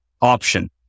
option